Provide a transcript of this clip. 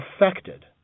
affected